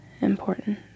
important